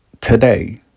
today